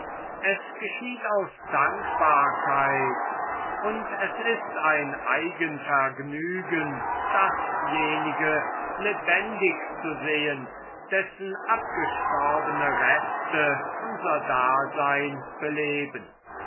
es geschieht aus dankbarkeit und es ist ein eigen vergnügen dasjenige lebendig zu sehen dessen abgestorbene reste unser dasein beleben